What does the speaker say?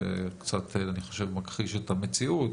שקצת אני חושב מכחיש את המציאות.